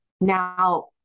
Now